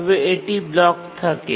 তবে এটি ব্লক থাকে